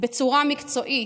בצורה מקצועית,